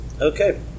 Okay